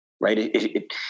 Right